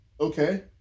Okay